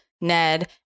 Ned